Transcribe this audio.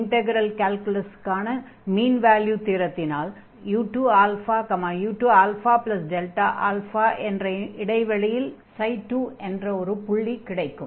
integral கால்குலஸுக்கான mean value தியரத்தினால் ξ2u2u2αஎன்ற ஒரு புள்ளி கிடைக்கும்